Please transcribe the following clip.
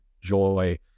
joy